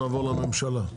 נעבור לממשלה.